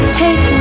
take